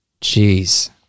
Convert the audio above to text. Jeez